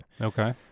Okay